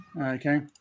Okay